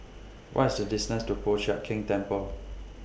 What IS The distance to Po Chiak Keng Temple